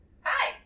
hi